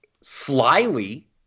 slyly